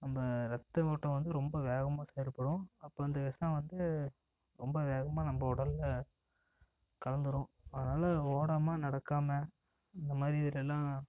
நம்ம ரத்த ஓட்டம் வந்து ரொம்ப வேகமாக செயல்படும் அப்போ அந்த விஷம் வந்து ரொம்ப வேகமாக நம்ம உடல்ல கலந்துடும் அதனால் ஓடாமல் நடக்காமல் இந்த மாதிரி இதிலலாம்